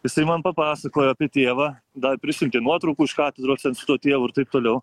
jisai man papasakojo apie tėvą dar prisiuntė nuotraukų iš katedros ten su tuo tėvu ir taip toliau